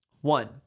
One